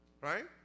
right